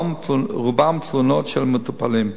רובם תלונות של מטופלים.